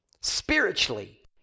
Spiritually